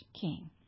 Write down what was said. king